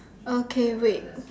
okay wait